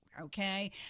okay